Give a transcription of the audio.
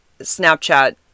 Snapchat